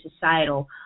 societal